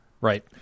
Right